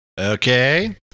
Okay